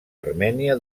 armènia